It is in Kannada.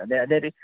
ಅದೇ ಅದೇ ರೀ